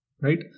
Right